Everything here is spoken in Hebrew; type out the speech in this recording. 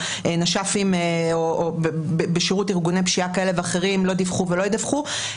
והנש"פים בשירות ארגוני פשיעה כאלה ואחרים לא דיווחו ולא ידווחו.